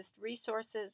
resources